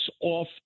off